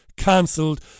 cancelled